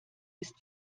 ist